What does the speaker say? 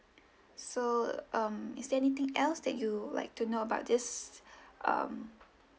so um is there anything else that you'll like to know about this um